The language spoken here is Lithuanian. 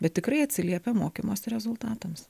bet tikrai atsiliepia mokymosi rezultatams